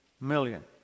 million